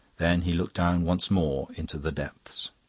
then he looked down once more into the depths.